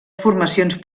formacions